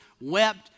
wept